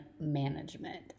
management